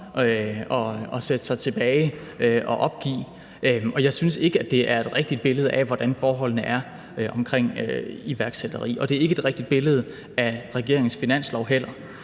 at læne sig tilbage og opgive. Jeg synes ikke, det er et rigtigt billede af, hvordan forholdene er omkring iværksætteri, og det er heller ikke et rigtigt billede af regeringens finanslov. Og der